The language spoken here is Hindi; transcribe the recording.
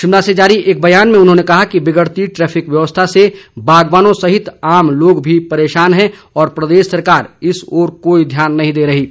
शिमला से जारी एक बयान में उन्होंने कहा कि बिगड़ती ट्रैफिक व्यवस्था से बागवानों सहित आम लोग भी परेशान हैं और प्रदेश सरकार इस ओर कोई ध्यान नहीं दे रही है